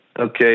okay